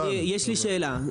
יש לי שאלה,